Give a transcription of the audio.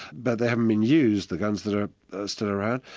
but they haven't been used, the guns that are still around.